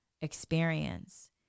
experience